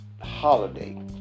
holiday